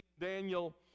Daniel